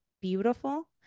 beautiful